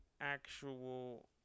actual